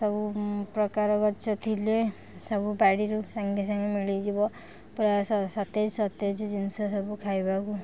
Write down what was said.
ସବୁପ୍ରକାର ଗଛ ଥିଲେ ସବୁ ବାଡ଼ିରୁ ସାଙ୍ଗେ ସାଙ୍ଗେ ମିଳିଯିବ ପ୍ରାୟ ସତେଜ ସତେଜ ଜିନିଷ ସବୁ ଖାଇବାକୁ